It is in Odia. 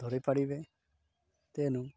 ଧରି ପାରିବେ ତେଣୁ